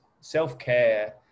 self-care